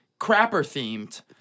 crapper-themed